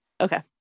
okay